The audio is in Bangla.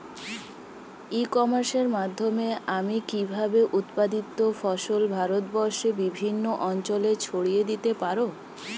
ই কমার্সের মাধ্যমে আমি কিভাবে উৎপাদিত ফসল ভারতবর্ষে বিভিন্ন অঞ্চলে ছড়িয়ে দিতে পারো?